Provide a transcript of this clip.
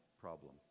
problem